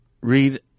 read